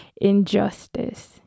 injustice